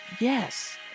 yes